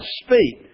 speak